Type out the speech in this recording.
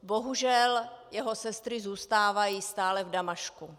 Bohužel jeho sestry zůstávají stále v Damašku.